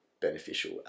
beneficial